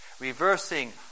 reversing